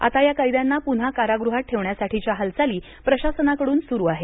आता या कैद्यांना पुन्हा कारागृहात ठेवण्यासाठीच्या हालचाली प्रशासनाकडून सुरू आहेत